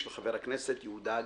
של חבר הכנסת יהודה גליק.